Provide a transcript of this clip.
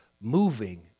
moving